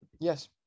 Yes